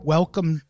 Welcome